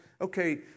okay